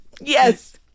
Yes